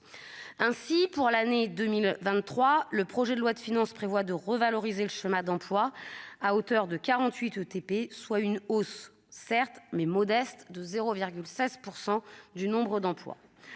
ainsi pour l'année 2023, le projet de loi de finances prévoit de revaloriser le schéma d'emplois à hauteur de 48 ETP, soit une hausse certes mais modeste de 0,16 % du nombre d'emplois